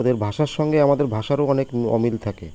ওদের ভাষার সঙ্গে আমাদের ভাষারও অনেক অমিল থাকে